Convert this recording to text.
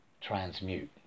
transmute